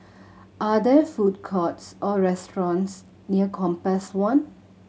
are there food courts or restaurants near Compass One